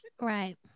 right